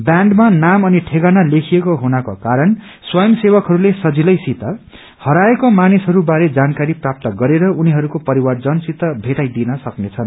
ब्याण्डमा नाम अनि ठेगाना लेखिएको हुनको कारण स्वय सेवकहस्ले सजिलैसित हराएको मानिसहरू बारे जानकारी प्राप्त गरेर उनीहरूको परिवारजनसित भेटाइदिन सक्नेछन्